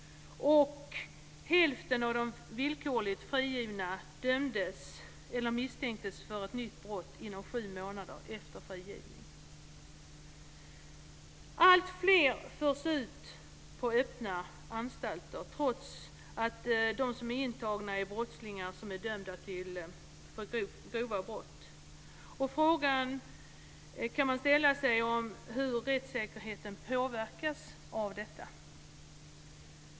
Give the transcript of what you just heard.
Hälften av de villkorligt frigivna dömdes eller misstänktes för ett nytt brott inom sju månader efter frigivningen. Alltfler förs ut på öppna anstalter, trots att de som är intagna är brottslingar som är dömda för grova brott. Frågan man kan ställa sig är hur rättssäkerheten påverkas av detta.